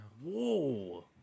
Whoa